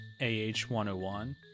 ah101